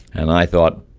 and i thought,